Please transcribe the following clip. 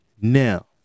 now